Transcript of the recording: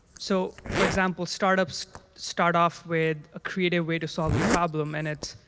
so for example, startups start off with a creative way to solve a problem, and it's,